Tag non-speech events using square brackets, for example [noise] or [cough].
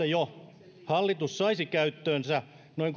[unintelligible] jo näillä keinoilla hallitus saisi käyttöönsä noin [unintelligible]